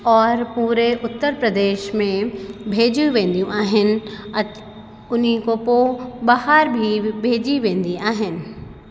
और पूरे उत्तर प्रदेश में भेजे वेंदियूं आहिनि अत उन खो पोइ बाहिरि बि भेजी वेंदी आहिनि